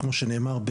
כמו שנאמר,